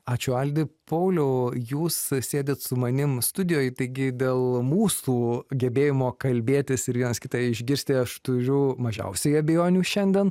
ačiū aldi pauliau jūs sėdit su manim studijoj taigi dėl mūsų gebėjimo kalbėtis ir vienas kitą išgirsti aš turiu mažiausiai abejonių šiandien